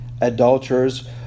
adulterers